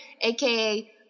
aka